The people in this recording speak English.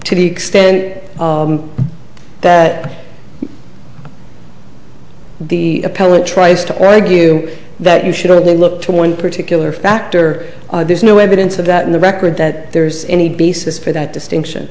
to the extent that the appellant tries to argue that you should or they look to one particular factor there's no evidence of that in the record that there's any basis for that distinction